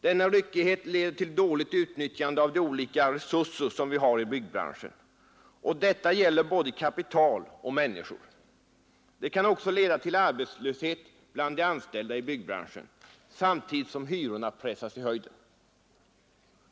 Denna ryckighet leder till dåligt utnyttjande av byggbranschens olika resurser. Detta gäller både kapital och människor. Det kan också leda till arbetslöshet bland de anställda i byggbranschen, samtidigt som hyrorna pressas i höjden.